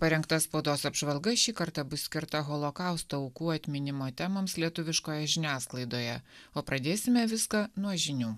parengta spaudos apžvalga šį kartą bus skirta holokausto aukų atminimo temoms lietuviškoje žiniasklaidoje o pradėsime viską nuo žinių